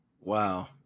Wow